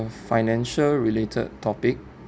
uh financial related topic